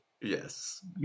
Yes